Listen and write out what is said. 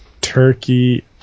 turkey